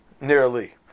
Nearly